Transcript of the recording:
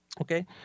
Okay